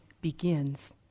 begins